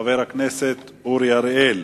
חבר הכנסת אורי אריאל.